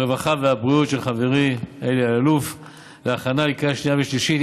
הרווחה והבריאות של חברי אלי אלאלוף להכנה לקריאה שנייה ושלישית.